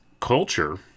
culture